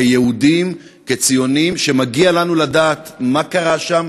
כיהודים, כציונים, ומגיע לנו לדעת מה קרה שם,